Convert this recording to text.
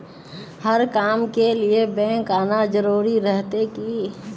हर काम के लिए बैंक आना जरूरी रहते की?